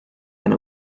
and